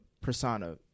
persona